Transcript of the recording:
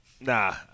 nah